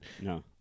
no